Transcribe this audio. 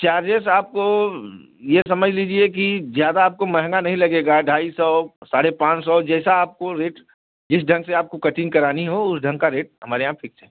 charges आपको ये समझ लीजिए कि ज़्यादा आपको महँगा नहीं लगेगा ढाई सौ साढ़े पाँच सौ जैसा आपको रेट जिस ढंग से आपको कटिंग करानी हो उस ढंग का रेट हमारे यहाँ फिक्स है